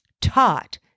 taught